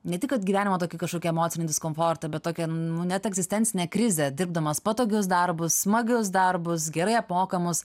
ne tik kad gyvenimo tokį kažkokį emocinį diskomfortą bet tokį nu net egzistencinę krizę dirbdamas patogius darbus smagius darbus gerai apmokamus